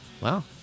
wow